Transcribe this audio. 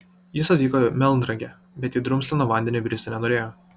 jis atvyko į melnragę bet į drumzliną vandenį bristi nenorėjo